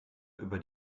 über